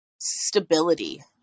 stability